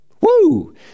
Woo